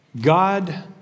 God